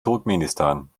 turkmenistan